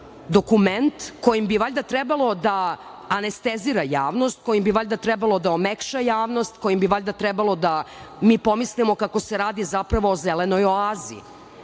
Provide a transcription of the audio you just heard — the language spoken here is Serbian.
dokument kojim bi valjda trebalo da anestezira javnost, koji bi valjda trebalo da omekša javnost, kojim bi valjda trebalo da mi pomislimo kako se radi zapravo o zelenoj oazi,